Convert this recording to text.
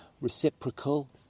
reciprocal